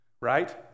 right